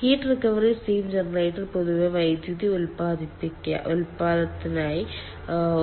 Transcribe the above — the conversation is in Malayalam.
ഹീറ്റ് റിക്കവറി സ്റ്റീം ജനറേറ്റർ പൊതുവെ വൈദ്യുതി ഉൽപ്പാദനത്തിനായി